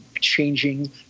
changing